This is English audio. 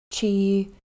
Chi